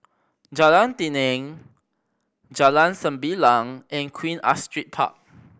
Jalan Tenang Jalan Sembilang and Queen Astrid Park